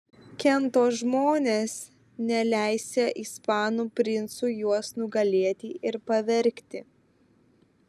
kento žmonės neleisią ispanų princui juos nugalėti ir pavergti